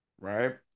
right